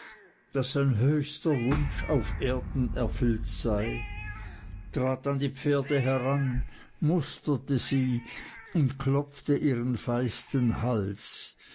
daß sein höchster wunsch auf erden erfüllt sei trat an die pferde heran musterte sie und klopfte ihren feisten hals